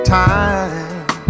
time